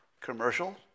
commercial